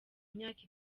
myaka